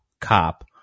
cop